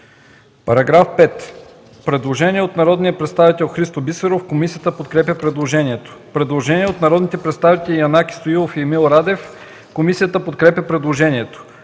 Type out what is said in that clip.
По § 5 има предложение от народния представител Христо Бисеров. Комисията подкрепя предложението. Предложение от народните представители Янаки Стоилов и Емил Радев. Комисията подкрепя предложението.